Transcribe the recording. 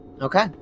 Okay